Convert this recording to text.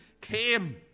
came